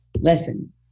listen